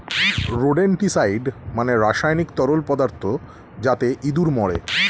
rodenticide মানে রাসায়নিক তরল পদার্থ যাতে ইঁদুর মরে